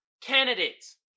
Candidates